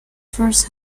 first